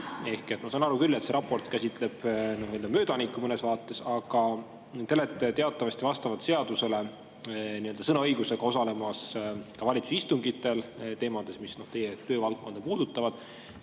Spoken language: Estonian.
Ma saan aru küll, et see raport käsitleb möödanikku mõnes vaates, aga te osalete teatavasti vastavalt seadusele nii-öelda sõnaõigusega ka valitsuse istungitel teemade puhul, mis teie töövaldkonda puudutavad.